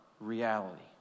reality